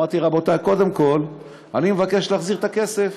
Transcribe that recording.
אמרתי: קודם כול אני מבקש להחזיר את הכסף.